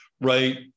Right